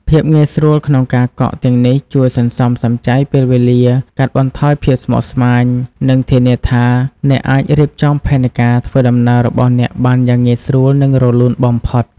ភាពងាយស្រួលក្នុងការកក់ទាំងនេះជួយសន្សំសំចៃពេលវេលា កាត់បន្ថយភាពស្មុគស្មាញ និងធានាថាអ្នកអាចរៀបចំផែនការធ្វើដំណើររបស់អ្នកបានយ៉ាងងាយស្រួល និងរលូនបំផុត។